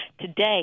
today